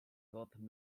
gold